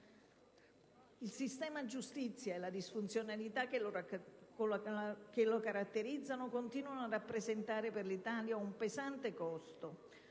Il sistema giustizia e la disfunzionalità che lo caratterizza continuano a rappresentare per l'Italia un pesante costo.